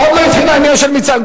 עוד לא התחיל העניין של מצרים.